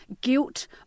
guilt